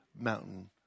mountain